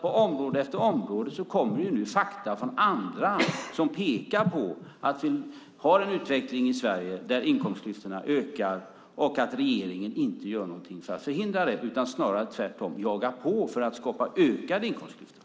På område efter område kommer alltså fakta från andra som pekar på att vi har en utveckling i Sverige där inkomstklyftorna ökar och att regeringen inte gör något för att förhindra det utan snarare tvärtom jagar på för att skapa ökade inkomstklyftor.